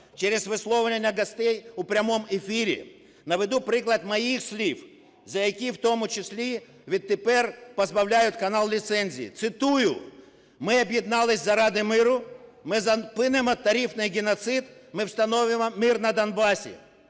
через висловлювання гостей у прямому ефірі. Наведу приклад моїх слів, за які, в тому числі, відтепер позбавляють канал ліцензії. Цитую: "Ми об'єднались заради миру, ми зупинимо тарифний геноцид, ми встановимо мир на Донбасі".